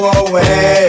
away